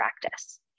practice